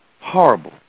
horrible